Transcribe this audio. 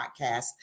podcast